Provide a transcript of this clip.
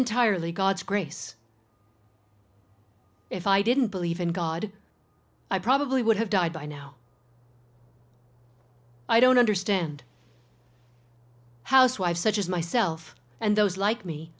entirely god's grace if i didn't believe in god i probably would have died by now i don't understand housewives such as myself and those like me